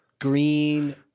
green